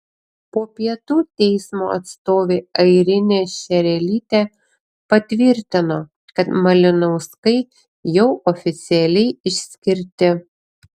po pietų teismo atstovė airinė šerelytė patvirtino kad malinauskai jau oficialiai išskirti